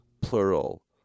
plural